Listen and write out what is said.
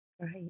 right